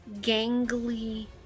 gangly